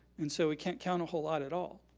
and so we can't count a whole lot at all.